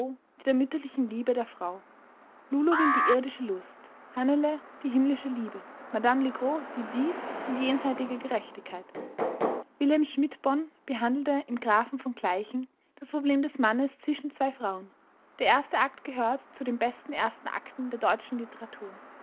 der mütterlichen liebe der frau lulu will irdische lust hannele himmlische liebe madame legros dies und jenseitige gerechtigkeit will schmidt bon behandelte im grafen von gleichen das problem des mannes zwischen zwei frauen der erste akt gehört zu den besten ersten akten der deutschen literatur